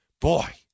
Boy